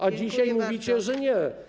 A wy dzisiaj mówicie, że nie.